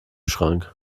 schrank